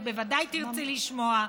את בוודאי תרצי לשמוע.